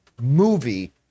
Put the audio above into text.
movie